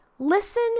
Listen